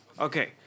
Okay